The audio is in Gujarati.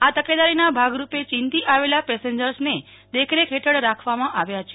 આ તકેદારીના ભાગરૂપે ચીનથી આવેલા પેસેન્જર્સને દેખરેખ હેઠળ રાખવામાં આવ્યાં છે